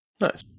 nice